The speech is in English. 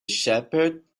shepherd